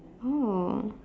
oh